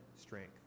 strength